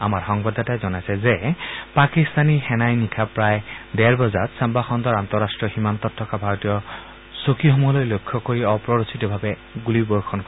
আমাৰ সংবাদদাতাই জনাইছে যে পাকিস্তানী সৈন্যই নিশা প্ৰায় ডেৰ বজাত ছাম্বা খণ্ডৰ আন্তঃৰাষ্ট্ৰীয় সীমান্তত থকা ভাৰতীয় চকীসমূহলৈ লক্ষ্য কৰি অপ্ৰৰোচিতভাৱে গুলীচালনা কৰে